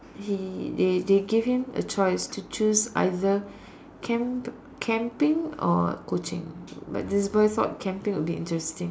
he they they gave him a choice to choose either camp camping or coaching but this boy thought camping will be interesting